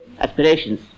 aspirations